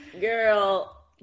Girl